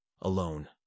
Alone